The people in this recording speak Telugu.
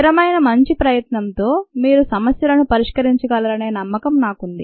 స్థిరమైన మంచి ప్రయత్నంతో మీరు సమస్యలను పరిష్కరించగలరనే నమ్మకం నాకుంది